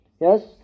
Yes